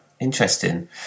interesting